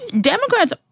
Democrats